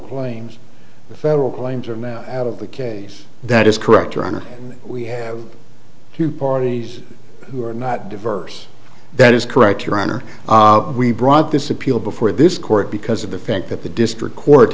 claims the federal claims are now out of the case that is correct your honor we have two parties who are not diverse that is correct your honor we brought this appeal before this court because of the fact that the district court